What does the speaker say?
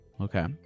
Okay